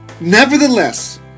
Nevertheless